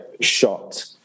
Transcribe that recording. shot